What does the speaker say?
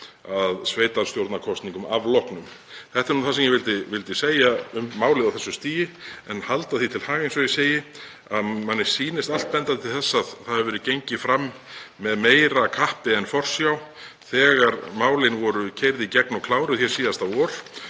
að sveitarstjórnarkosningum afloknum. Þetta er það sem ég vildi segja um málið á þessu stigi en ég vil halda því til haga að manni sýnist allt benda til þess að það hafi verið gengið fram með meira kappi en forsjá þegar málin voru keyrð í gegn og kláruð síðasta vor.